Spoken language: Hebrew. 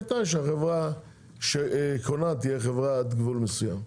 בתנאי שהחברה שקונה תהיה חברה עד גבול מסוים.